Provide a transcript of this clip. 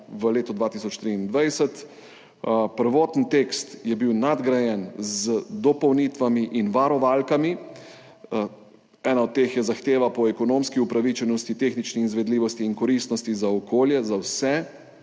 v letu 2023. Prvoten tekst je bil nadgrajen z dopolnitvami in varovalkami. Ena od teh je zahteva po ekonomski upravičenosti, tehnični izvedljivosti in koristnosti za okolje za vse